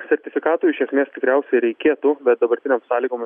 sertifikatui iš esmės tikriausiai reikėtų bet dabartinėm sąlygom